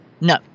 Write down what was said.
No